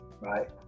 right